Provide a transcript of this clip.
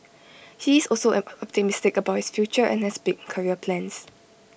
he is also optimistic about his future and has big career plans